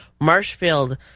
Marshfield